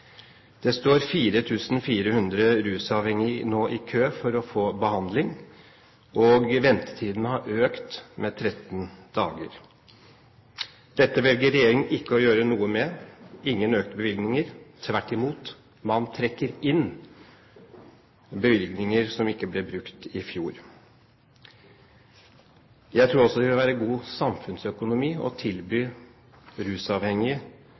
Det står 4 400 rusavhengige i kø nå for å få behandling, og ventetiden har økt med 13 dager. Dette velger regjeringen ikke å gjøre noe med – ingen økte bevilgninger. Tvert imot, man trekker inn bevilgninger som ikke ble brukt i fjor. Jeg tror også det vil være god samfunnsøkonomi å tilby rusavhengige